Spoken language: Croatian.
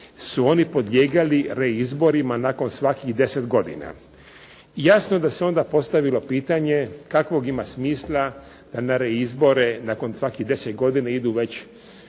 su oni podlijegali reizborima nakon svakih 10 godina. Jasno da se onda postavilo pitanje kakvog ima smisla na izbore nakon svakih 10 godina idu već